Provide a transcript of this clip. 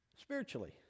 spiritually